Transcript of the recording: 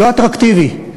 לא אטרקטיבי.